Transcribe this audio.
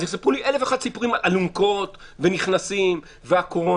אז יש לי אלף ואחד סיפורים אלונקות ונכנסים והקורונה